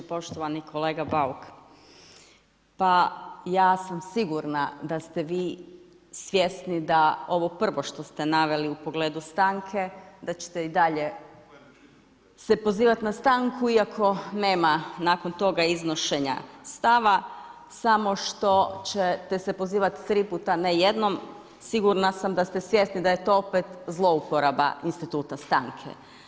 Poštovani kolega Bauk, pa ja sam sigurna da ste vi svjesni da ovo prvo što ste navikli u pogledu stanke, da ćete i dalje se pozivati nastanku iako nema nakon toga iznošenja stava, samo što ćete se pozivati 3 puta a ne jednom, sigurna sam da ste svjesni da je to opet zlouporaba instituta stanke.